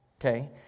Okay